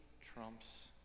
trumps